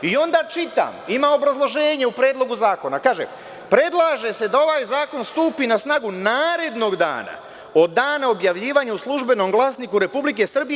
Onda čitam, ima obrazloženje u predlogu zakona, kaže – predlaže se da ovaj zakon stupi na snagu narednog dana od dana objavljivanja u Službenom glasniku Republike Srbije.